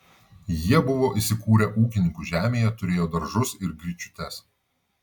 jie buvo įsikūrę ūkininkų žemėje turėjo daržus ir gryčiutes